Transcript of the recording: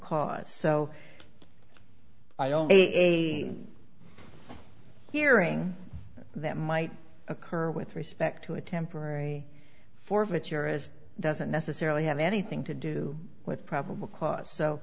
cause so i don't see a hearing that might occur with respect to a temporary forfeiture as doesn't necessarily have anything to do with probable cause so